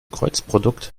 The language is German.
kreuzprodukt